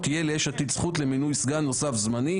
תהיה ליש עתיד זכות למינוי סגן נוסף זמני,